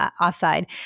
offside –